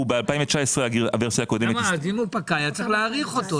אם פקע, היה צריך להאריכו.